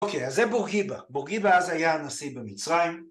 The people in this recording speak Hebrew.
אוקיי, אז זה בורגיבה. בורגיבה אז היה הנשיא במצרים.